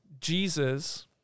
Jesus